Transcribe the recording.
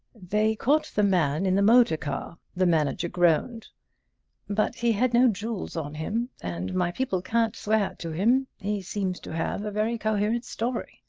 they caught the man in the motor car, the manager groaned but he had no jewels on him and my people can't swear to him. he seems to have a very coherent story.